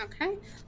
Okay